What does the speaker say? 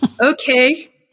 okay